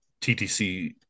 TTC